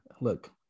look